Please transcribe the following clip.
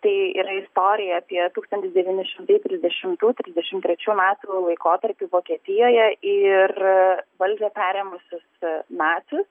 tai yra istorija apie tūkstantis devyni šimtai trisdešimtų trisdešimt trečių metų laikotarpį vokietijoje ir valdžią perėmusius nacius